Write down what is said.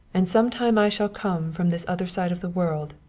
and sometime i shall come from this other side of the world,